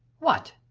what!